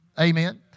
Amen